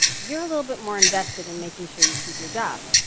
you're a little bit more invested in making sure you keep your job.